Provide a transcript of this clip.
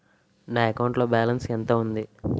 నా అకౌంట్ లో బాలన్స్ ఎంత ఉంది?